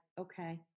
okay